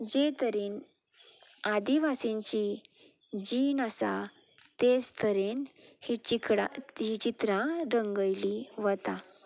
जे तरेन आदिवासींची जीण आसा तेच तरेन ही चिकडां चित्रां रंगयलीं वता